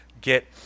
get